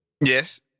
Yes